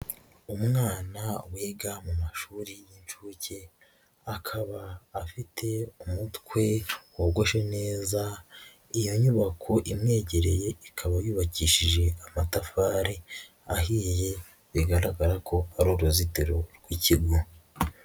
Umwana wiga mu mashuri y'incuke, akaba afite umutwe wogoshe neza, iyo nyubako imwegereye ikaba yubakishije amatafari ahiye, bigaragara ko ari uruzitiro rw'ikigo.